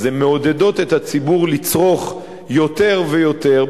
הן מעודדות את הציבור לצרוך יותר ויותר,